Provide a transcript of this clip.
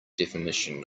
definition